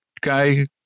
Guy